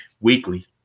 weekly